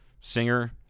singer